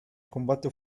combate